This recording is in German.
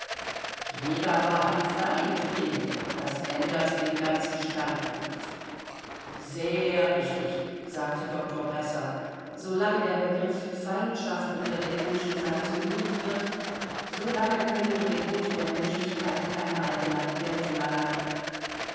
jeder war ein feind kind das ändert den ganzen standpunkt sehr richtig sagte doktor bresser so lange der begriff feindschaft unter den menschen sanktioniert wird so lange können die gebote der menschlichkeit keine allgemeine geltung erlangen